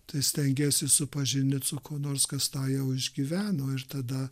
tai stengiesi supažindyt su kuo nors kas tą jau išgyveno ir tada